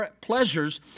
pleasures